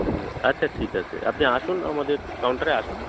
হুম আচ্ছা ঠিক আছে আপনি আসুন আমাদের কাউন্টারে আসুন